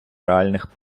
реальних